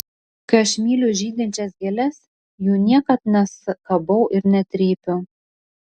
kai aš myliu žydinčias gėles jų niekad neskabau ir netrypiu